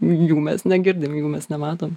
jų mes negirdim jų mes nematom